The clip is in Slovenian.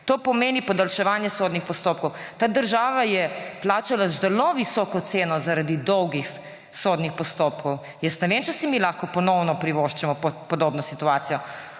To pomeni podaljševanje sodnih postopkov. Ta država je plačala zelo visoko ceno zaradi dolgih sodnih postopkov. Ne vem, če si mi lahko ponovno privoščimo podobno situacijo.